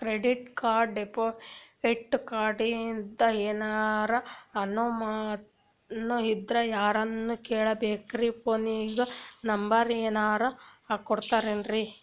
Credit card, debit ಕಾರ್ಡಿಂದ ಏನರ ಅನಮಾನ ಇದ್ರ ಯಾರನ್ ಕೇಳಬೇಕ್ರೀ, ಫೋನಿನ ನಂಬರ ಏನರ ಕೊಡ್ತೀರಿ?